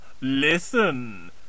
listen